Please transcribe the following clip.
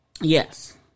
Yes